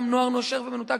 גם נוער נושר ומנותק,